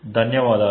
ధన్యవాదాలు